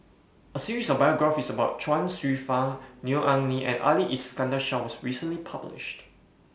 A series of biographies about Chuang Hsueh Fang Neo Anngee and Ali Iskandar Shah was recently published